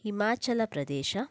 Himachal Pradesh